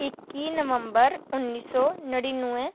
इक्की नवम्बर उन्नी सौ निड़िनवे